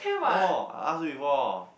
oh I ask you before oh